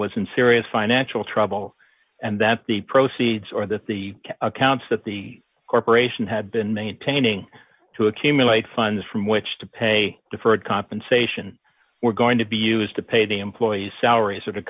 was in serious financial trouble and that the proceeds or that the accounts that the corporation had been maintaining to accumulate funds from which to pay deferred compensation were going to be used to pay the employees salaries or to